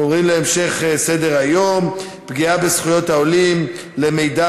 אנחנו עוברים להמשך סדר-היום: פגיעה בזכויות העולים למידע